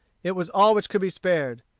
it was all which could be spared.